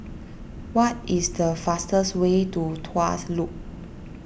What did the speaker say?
what is the fastest way to Tuas Loop